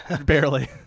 Barely